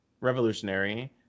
revolutionary